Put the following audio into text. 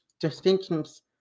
distinctions